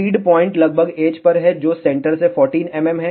feed point लगभग edge पर है जो सेंटर से 14 mm है